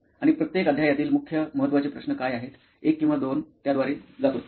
आणि प्रत्येक अध्यायातील मुख्य महत्वाचे प्रश्न काय आहेत 1 किंवा 2 फक्त त्याद्वारे जातोत